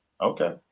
okay